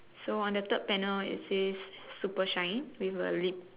so on the third panel it says super shine with a lip